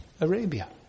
Arabia